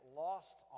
lost